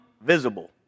visible